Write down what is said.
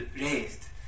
raised